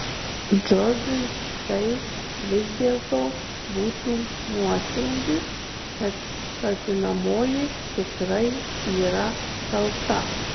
džordžui tai vis dėlto būtų nuosprendis kad kaltinamoji tikrai yra kalta